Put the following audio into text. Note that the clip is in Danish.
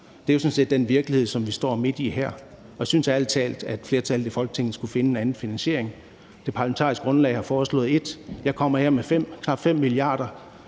Det er jo sådan set den virkelighed, som vi står midt i her, og jeg synes ærlig talt, at flertallet i Folketinget skulle finde en anden finansiering. Det parlamentariske grundlag har foreslået en finansiering, og jeg kommer her med knap 5 mia. kr.